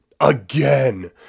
again